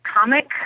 comic